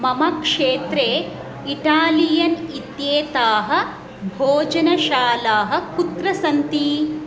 मम क्षेत्रे इटालियन् इत्येताः भोजनशालाः कुत्र सन्ति